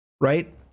Right